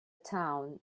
town